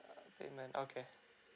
payment okay